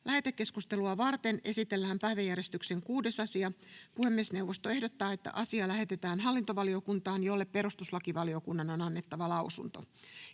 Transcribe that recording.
Lähetekeskustelua varten esitellään päiväjärjestyksen 6. asia. Puhemiesneuvosto ehdottaa, että asia lähetetään hallintovaliokuntaan, jolle perustuslakivaliokunnan on annettava lausunto.